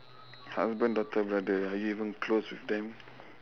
husband daughter brother are you even close with them